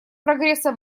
прогресса